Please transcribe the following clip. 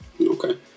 Okay